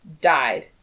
died